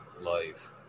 life